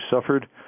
suffered